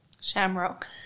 Shamrock